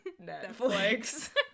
Netflix